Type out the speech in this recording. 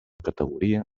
categoria